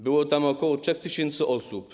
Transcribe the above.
Było tam ok. 3 tys. osób.